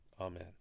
Amen